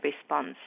response